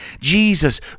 Jesus